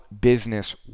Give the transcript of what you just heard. business